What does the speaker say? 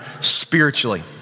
spiritually